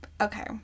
Okay